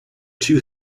two